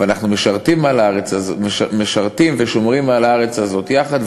אבל אנחנו משרתים ושומרים על הארץ הזאת יחד,